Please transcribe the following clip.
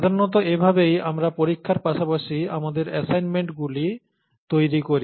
সাধারণত এভাবেই আমরা পরীক্ষার পাশাপাশি আমাদের অ্যাসাইনমেন্টগুলি তৈরি করি